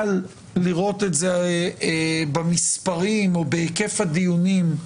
קל לראות את זה במספרים או בהיקף הדיונים